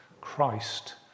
christ